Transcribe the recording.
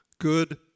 good